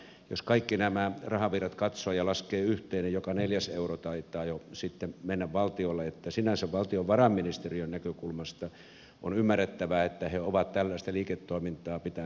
jos kaikki nämä rahavirrat katsoo ja laskee yhteen niin joka neljäs euro taitaa jo sitten mennä valtiolle niin että sinänsä valtiovarainministeriön näkökulmasta on ymmärrettävää että he ovat tällaista liiketoimintaa pitäneet yllä